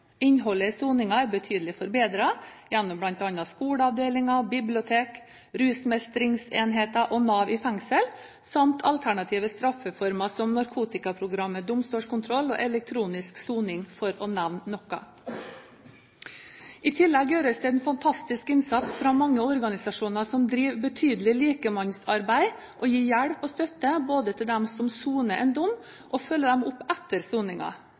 Innholdet i soningen er betydelig forbedret gjennom bl.a. skoleavdelinger, bibliotek, rusmestringsenheter og Nav i fengsel, samt alternative straffeformer som narkotikaprogram med domstolskontroll og elektronisk soning – for å nevne noe. I tillegg gjøres det en fantastisk innsats fra mange organisasjoner som driver betydelig likemannsarbeid og gir hjelp og støtte til dem som soner en dom, og følger dem opp etter